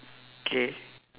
K